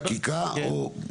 חקיקה או?